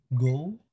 go